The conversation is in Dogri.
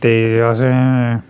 ते असें